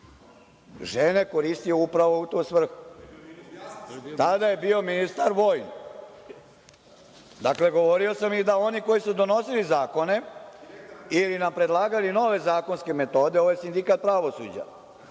žene koristio upravo u tu svrhu. Tada je bio ministar vojni. Dakle, govorio sam i da oni koji su donosili zakone ili nam predlagali nove zakonske metode, ovo je sindikat pravosuđa,